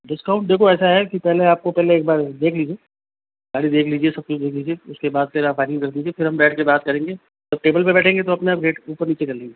discount देखो ऐसा है कि पहले आपको पहले एक बार देख लीजिए गाड़ी देख लीजिए सब चीज देख लीजिए उसके बाद फिर आप पैकिंग कर दीजिए फिर हम बैठ कर बात करेंगे और टेबल पर बैठेंगे तो अपने आप रेट ऊपर नीचे कर लेंगे